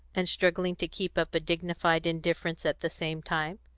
and struggling to keep up a dignified indifference at the same time.